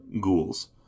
ghouls